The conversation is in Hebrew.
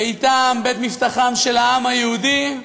ביתו ובית מבטחו של העם היהודי.